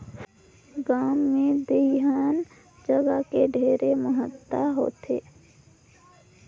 गांव मे दइहान जघा के ढेरे महत्ता होथे